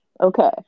Okay